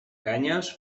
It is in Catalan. canyes